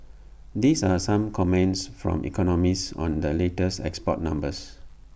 these are some comments from economists on the latest export numbers